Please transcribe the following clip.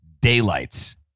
daylights